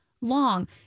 long